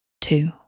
two